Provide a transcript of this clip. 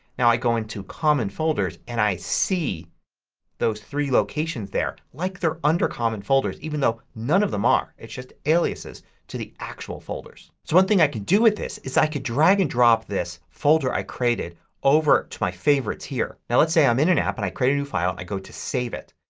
now i go into common folders and i see those three locations there like they're under common folders even though none of them are. it's just aliases to the actual folders. so one thing i could do with this is i could drag and drop this folder i created over to my favorites here. now let's say i'm in an app and i create a new file. i go to save it.